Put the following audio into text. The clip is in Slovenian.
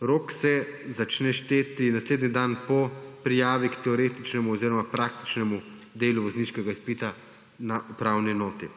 Rok se začne šteti naslednji dan po prijavi k teoretičnemu oziroma praktičnemu delu vozniškega izpita na upravni enoti.